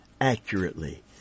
accurately